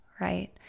right